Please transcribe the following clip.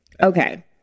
Okay